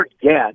forget